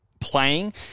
playing